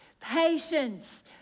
patience